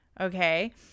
okay